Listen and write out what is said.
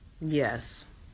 Yes